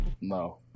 No